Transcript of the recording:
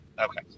Okay